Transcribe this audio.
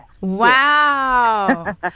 Wow